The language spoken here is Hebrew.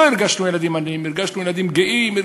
לא הרגשנו ילדים עניים, הרגשנו ילדים גאים.